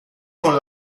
con